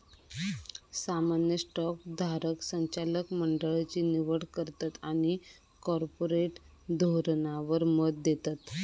सामान्य स्टॉक धारक संचालक मंडळची निवड करतत आणि कॉर्पोरेट धोरणावर मत देतत